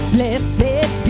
Blessed